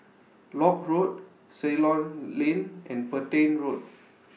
Lock Road Ceylon Lane and Petain Road